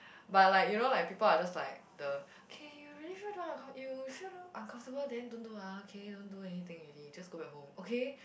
but like you know like people are just like the K you really feel don't uncom~ you feel don't uncomfortable then don't do ah okay don't do anything already just go back home okay